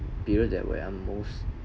period that where I'm most